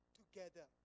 together